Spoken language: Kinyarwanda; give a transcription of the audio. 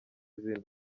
izina